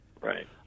Right